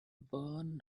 burn